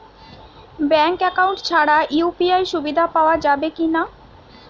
Bank account ছাড়া UPI সুবিধা পাওয়া যাবে কি না?